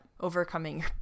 overcoming